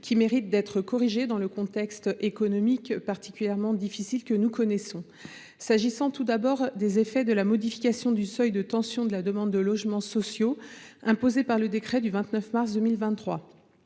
qui méritent d’être corrigés dans le contexte économique particulièrement difficile que nous connaissons. La modification du seuil de tension de la demande de logements sociaux imposée par le décret du 29 mars 2023